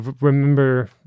remember